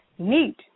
neat